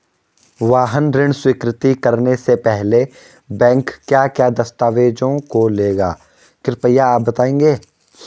वाहन ऋण स्वीकृति करने से पहले बैंक क्या क्या दस्तावेज़ों को लेगा कृपया आप बताएँगे?